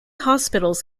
hospitals